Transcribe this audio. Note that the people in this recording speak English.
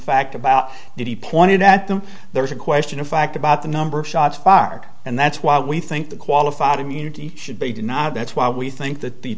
fact about that he pointed at them there is a question of fact about the number of shots fired and that's why we think the qualified immunity should be denied that's why we think that the